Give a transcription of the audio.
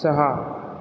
सहा